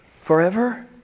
forever